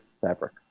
fabric